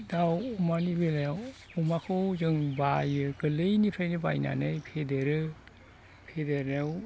दाउ अमानि बेलायाव अमाखौ जों बायो गोरलैनिफ्रानो बायनानै फेदेरो फेदेरनायाव